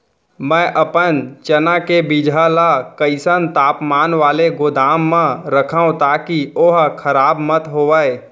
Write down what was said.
मैं अपन चना के बीजहा ल कइसन तापमान वाले गोदाम म रखव ताकि ओहा खराब मत होवय?